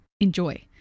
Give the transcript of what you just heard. enjoy